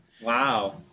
Wow